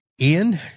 ian